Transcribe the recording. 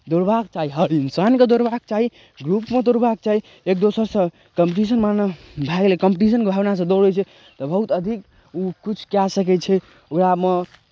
दौड़बाक चाही हर इन्सानके दौड़बाक चाही ग्रुपमे दौड़बाक चाही एक दोसरसँ कम्पीटिशन भावना भए गेलै कम्पीटिशनके भावनासँ दौड़ै छै तऽ बहुत अधिक किछु कए सकै छै ओकरामे